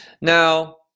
Now